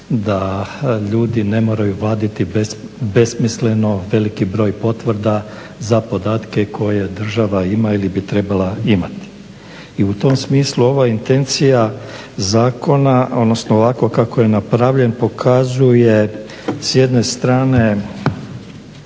da ljudi ne moraju vaditi besmisleno veliki broj potvrda za podatke koje država ima ili bi trebala imati. I u tom smislu ovo je intencija zakona, odnosno ovako kako je napravljen pokazuje s jedne strane